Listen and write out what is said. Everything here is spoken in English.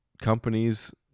companies